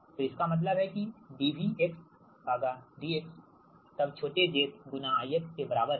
तो इसका मतलब है कि dVdx तब छोटे z I के बराबर है